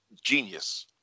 genius